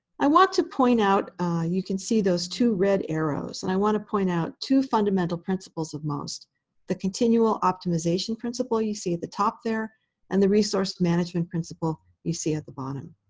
i want to point out you can see those two red arrows. and i want to point out two fundamental principles of most the continual optimization principle you see at the top there and the resource management principle you see at the bottom.